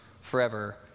forever